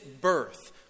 birth